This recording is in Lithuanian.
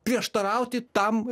prieštarauti tam